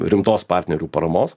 rimtos partnerių paramos